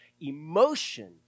emotion